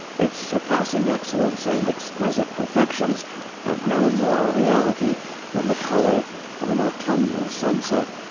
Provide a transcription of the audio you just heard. its surpassing excellence and exquisite perfections have no more reality than the color of an autumnal sunset.